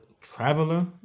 traveler